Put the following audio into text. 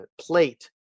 plate